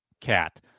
Cat